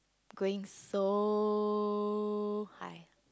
going so high